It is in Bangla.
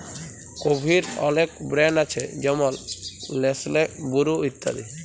কফির অলেক ব্র্যাল্ড আছে যেমল লেসলে, বুরু ইত্যাদি